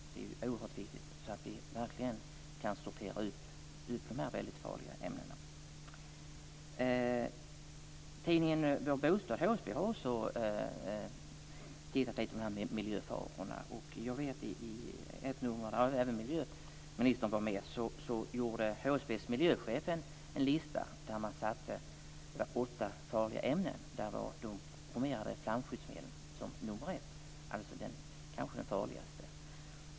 Det är oerhört viktigt att vi verkligen kan sortera ut de här väldigt farliga ämnena. I tidningen Vår bostad har HSB uppmärksammat de här miljöfarorna. I ett nummer medverkade miljöministern. HSB:s miljöchef presenterade en lista på åtta farliga ämnen. Där vara de bromerade flamskyddsmedlen nummer ett, alltså kanske de farligaste.